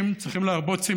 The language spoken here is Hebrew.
אני אגיד לך,